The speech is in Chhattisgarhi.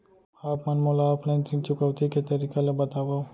आप मन मोला ऑफलाइन ऋण चुकौती के तरीका ल बतावव?